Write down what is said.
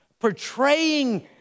portraying